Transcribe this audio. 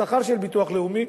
בשכר של ביטוח לאומי,